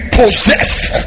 possessed